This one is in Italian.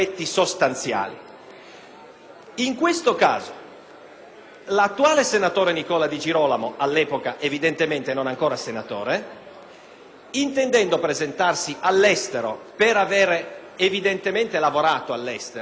l'attuale senatore Nicola Di Girolamo, all'epoca evidentemente non ancora senatore, intendeva presentarsi all'estero, per avere evidentemente lavorato all'estero. D'altra parte, l'evidenza sta nel fatto che